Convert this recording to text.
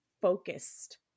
focused